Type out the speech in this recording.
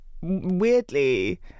weirdly